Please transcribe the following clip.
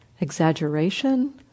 exaggeration